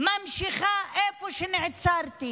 ממשיכה מאיפה שנעצרתי: